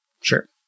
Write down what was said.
Sure